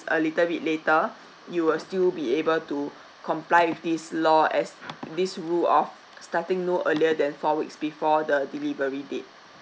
a little bit later you will still be able to comply with this law as this rule of starting no earlier than four weeks before the delivery date